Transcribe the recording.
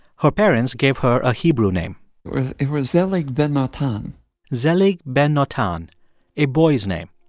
her parents gave her a hebrew name it was zelig ben-natan zelig ben-natan a boy's name.